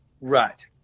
right